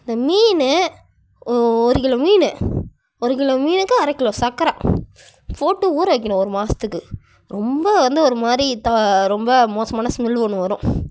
இந்த மீன் ஒ ஒரு கிலோ மீன் ஒரு கிலோ மீனுக்கு அரை கிலோ சர்க்கர போட்டு ஊற வைக்கணும் ஒரு மாதத்துக்கு ரொம்ப வந்து ஒரு மாதிரி த ரொம்ப மோசமான ஸ்மெல் ஒன்று வரும்